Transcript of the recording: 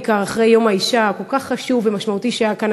בעיקר אחרי יום האישה הכל-כך חשוב ומשמעותי שהיה כאן,